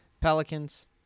Pelicans